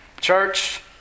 Church